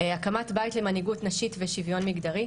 הקמת בית למנהיגות נשית ושוויון מגדרי,